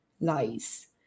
lies